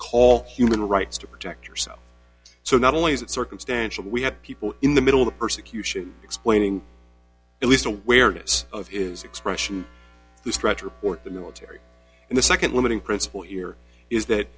call human rights to protect yourself so not only is it circumstantial we had people in the middle of the persecution explaining at least awareness of his expression the stretch report the military and the nd limiting principle here is that